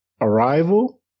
Arrival